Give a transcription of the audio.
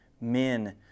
men